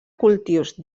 cultius